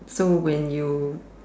so when you